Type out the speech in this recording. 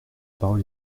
parole